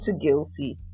guilty